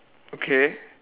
okay